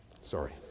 sorry